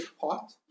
pot